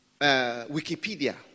Wikipedia